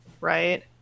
right